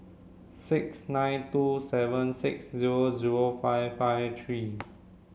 six nine two seven six zero zero five five three